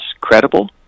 credible